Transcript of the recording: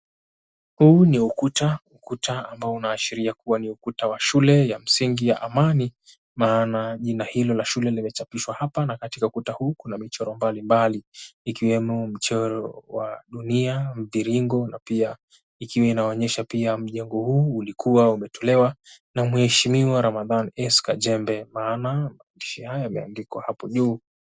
Huu ni ukuta, ukuta ambao unaashiria kuwa ni ukuta wa Shule ya Msingi ya Amani maana jina hilo la shule limechapishwa hapa na katika ukuta huu kuna michoro mbalimbali ikiwemo mchoro wa dunia, mviringo na pia ikiwa inaonyesha pia mjengo huu ulikuwa umetolewa na Mheshimiwa Ramadhan S. Kajembe maana maandishi haya yameandikwa hapo juu.